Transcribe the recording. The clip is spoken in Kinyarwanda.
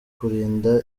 kurinda